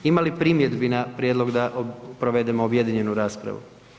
Ima li primjedbi na prijedlog da provedemo objedinjenu raspravu?